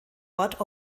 ort